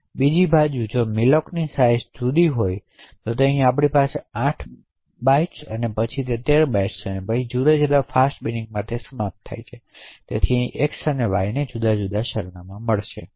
હવે બીજી બાજુ જો મેલોક સાઇઝ જુદા હોય તો અહીં આપણી પાસે 8 બાઇટ્સ છે અને પછી 13 બાઇટ્સ છે પછી તેઓ જુદી જુદી ફાસ્ટ બિનિંગમાં સમાપ્ત થાય છે તેથી અહીં એક્સ અને વાયને જુદા જુદા સરનામાં મળશે